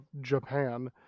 Japan